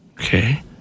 Okay